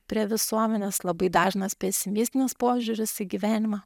prie visuomenės labai dažnas pesimistinis požiūris į gyvenimą